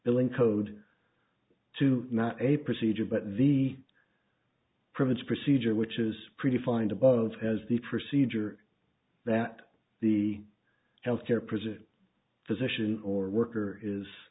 billing code to not a procedure but the promise procedure which is pretty fine to both has the procedure that the health care president physician or worker is